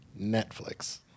Netflix